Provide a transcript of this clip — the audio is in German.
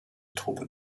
truppe